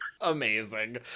amazing